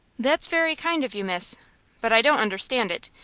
that's very kind of you, miss but i don't understand it.